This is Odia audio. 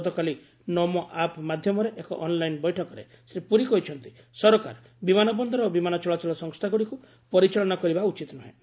ଗତକାଲି ନମୋ ଆପ୍ ମାଧ୍ୟମରେ ଏକ ଅନ୍ଲାଇନ ବୈଠକରେ ଶ୍ରୀ ପୁରୀ କହିଛନ୍ତି ସରକାର ବିମାନ ବନ୍ଦର ଓ ବିମାନ ଚଳାଚଳ ସଂସ୍ଥାଗୁଡ଼ିକୁ ପରିଚାଳନା କରିବା ଉଚିତ ନୁହେଁ